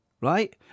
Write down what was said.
right